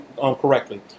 correctly